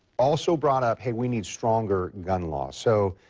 also brought up hey, we need stronger gun laws. so,